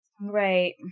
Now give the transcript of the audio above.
right